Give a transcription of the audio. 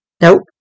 Nope